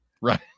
right